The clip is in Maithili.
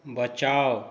बचाउ